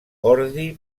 ordi